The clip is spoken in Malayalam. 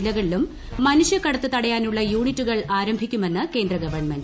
ജില്ലകളിലും മനുഷ്യക്കടത്ത് തടയാനുള്ള യൂണിറ്റുകൾ ആരംഭിക്കുമെന്ന് കേന്ദ്ര ഗവൺമെന്റ്